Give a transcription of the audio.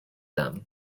them